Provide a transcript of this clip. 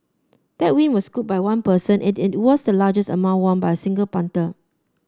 that win was scooped by one person and it was the largest amount won by single punter